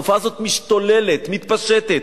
התופעה הזאת משתוללת, מתפשטת,